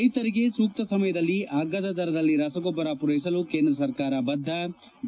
ರೈತರಿಗೆ ಸೂಕ್ತ ಸಮಯದಲ್ಲಿ ಅಗ್ಗದ ದರದಲ್ಲಿ ರಸಗೊಬ್ಬರ ಪೂರೈಸಲು ಕೇಂದ್ರ ಸರ್ಕಾರ ಬದ್ದ ಡಿ